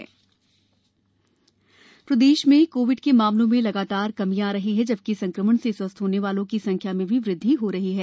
प्रदेश Covid प्रदेश में Covid के मामलों में लगातार कमी आ रही है जबकि संक्रमण से स्वस्थ होने की संख्या में भी वृद्धि हो रही है